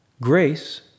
Grace